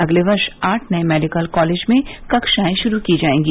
अगले वर्ष आठ नए मेडिकल कॉलेज में कक्षाएं शुरू की जायेंगी